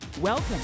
Welcome